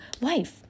life